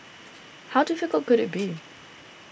how difficult could it be